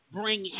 bring